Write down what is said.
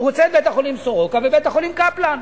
הוא רוצה את בית-החולים "סורוקה" ואת בית-החולים "קפלן".